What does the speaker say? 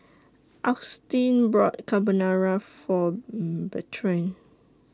Agustin bought Carbonara For Bertrand